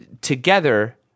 together